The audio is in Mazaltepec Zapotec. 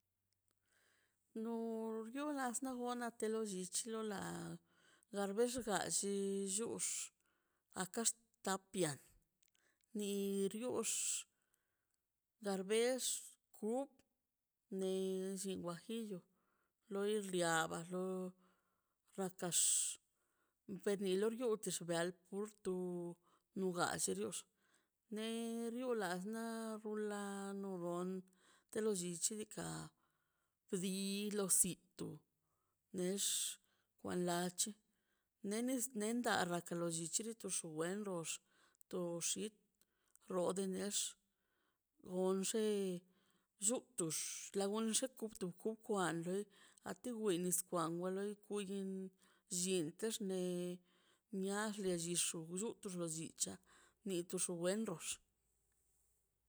Nur nia las onlati lo llichi kara garbell gall xush axka ta pian ni riox gaxbex kup ne llin guajillo lor liaba no rakax beni lo riob kaxsuga al kurtu nugallshe diox ner lu rias na rulano ron te lo llichi dika bdi lo si to nex wa la chi ne nes landarta la kara lo llichi notox tu wendox to xit lodenex anxe xutux la gunxi kutux ku kwan loi a ti ni nis kwan loi kuyin llintix ne niax lo llichi xu tux lollicha ni tux wendox